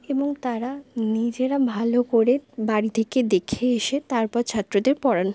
এবং তারা নিজেরা ভালো করে বাড়ি থেকে দেখে এসে তারপর ছাত্রদের পড়ান